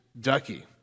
ducky